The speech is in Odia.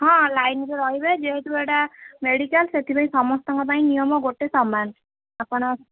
ହଁ ଲାଇନ୍ରେ ରହିବେ ଯେହେତୁ ଏଇଟା ମେଡ଼ିକାଲ୍ ସେଥିପାଇଁ ସମସ୍ତଙ୍କ ପାଇଁ ନିୟମ ଗୋଟେ ସମାନ ଆପଣ